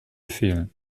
fehlen